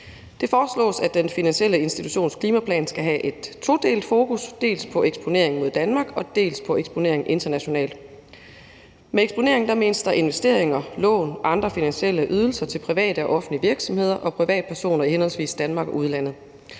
Det foreslås, at den finansielle institutions klimaplan skal have et todelt fokus, dels på eksponering mod Danmark, dels på eksponering internationalt. Med eksponeringen menes der investeringer, lån og andre finansielle ydelser til private og offentlige virksomheder og privatpersoner i henholdsvis Danmark og udlandet.